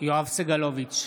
יואב סגלוביץ'